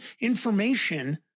information